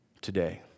today